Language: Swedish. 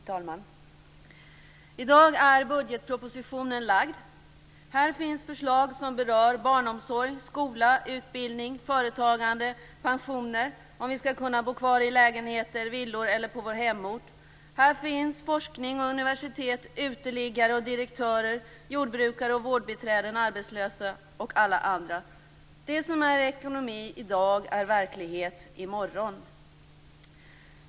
Fru talman! I dag är budgetpropositionen framlagd. Här finns förslag som berör barnomsorg, skola, utbildning, företagande och pensioner samt om vi skall kunna bo kvar i lägenheter och villor eller på vår hemort. Här finns forskning och universitet, uteliggare och direktörer, jordbrukare och vårdbiträden, arbetslösa och alla andra. Det som är ekonomi i dag är verklighet i morgon.